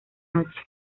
noche